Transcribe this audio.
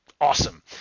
awesome